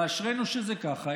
ואשרינו שזה ככה.